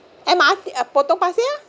M_R_T at potong pasir ah